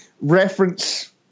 reference